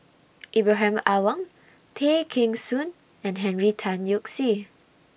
Ibrahim Awang Tay Kheng Soon and Henry Tan Yoke See